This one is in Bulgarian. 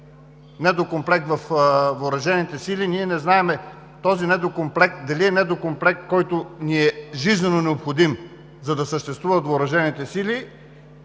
недокомплект във въоръжените сили, ние не знаем този недокомплект дали е недокомплект, който ни е жизнено необходим, за да съществуват въоръжените сили,